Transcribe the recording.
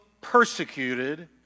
persecuted